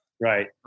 Right